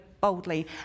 boldly